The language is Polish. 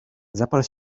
zapal